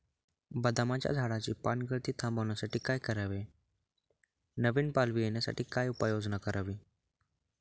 बदामाच्या झाडाची पानगळती थांबवण्यासाठी काय करावे? नवी पालवी येण्यासाठी काय उपाययोजना करावी?